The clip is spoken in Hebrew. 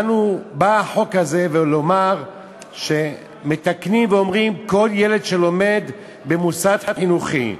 בא החוק הזה לומר שמתקנים ואומרים: כל ילד שלומד במוסד חינוכי.